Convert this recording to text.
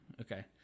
okay